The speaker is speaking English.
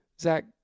Zach